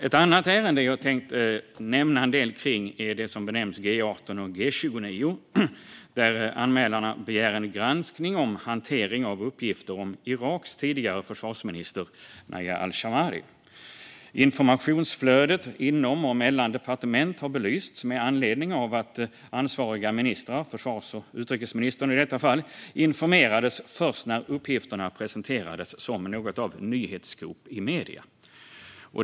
Ett annat ärende jag tänkte nämna är det som benämns G18 och G29, där anmälarna begär en granskning av hantering av uppgifter om Iraks tidigare försvarsminister Najah al-Shammari. Informationsflödet inom och mellan departement har belysts med anledning av att ansvariga ministrar, försvars och utrikesministrarna i detta fall, informerades först när uppgifterna presenterades som något av nyhetsscoop i medierna.